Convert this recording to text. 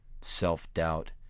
Self-doubt